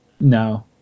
No